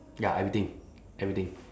ya everything everything